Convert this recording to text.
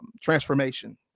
transformation